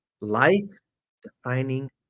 Life-defining